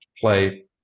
play